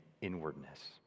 inwardness